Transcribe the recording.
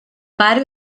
pare